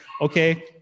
okay